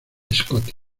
scotty